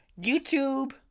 YouTube